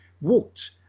walked